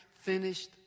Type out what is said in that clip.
finished